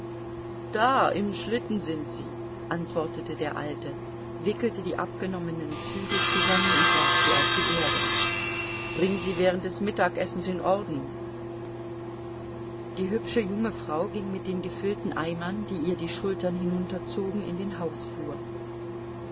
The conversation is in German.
da im schlitten sind sie antwortete der alte wickelte die abgenommenen zügel zusammen und warf sie auf die erde bring sie während des mittagessens in ordnung die hübsche junge frau ging mit den gefüllten eimern die ihr die schultern hinunterzogen in den hausflur